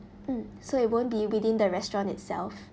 mm so it won't be within the restaurant itself